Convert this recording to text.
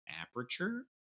aperture